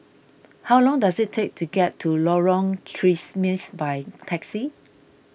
how long does it take to get to Lorong by taxi